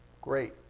Great